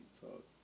talk